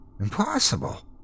Impossible